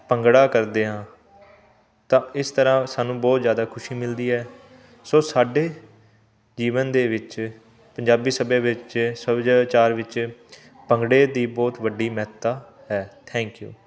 ਭੰਗੜਾ ਕਰਦੇ ਹਾਂ ਤਾਂ ਇਸ ਤਰ੍ਹਾਂ ਸਾਨੂੰ ਬਹੁਤ ਜ਼ਿਆਦਾ ਖੁਸ਼ੀ ਮਿਲਦੀ ਹੈ ਸੋ ਸਾਡੇ ਜੀਵਨ ਦੇ ਵਿੱਚ ਪੰਜਾਬੀ ਸੱਭਿਆ ਵਿੱਚ ਸੱਭਿਆਚਾਰ ਵਿੱਚ ਭੰਗੜੇ ਦੀ ਬਹੁਤ ਵੱਡੀ ਮਹੱਤਤਾ ਹੈ ਥੈਂਕ ਯੂ